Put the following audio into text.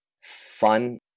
fun